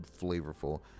flavorful